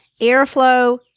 airflow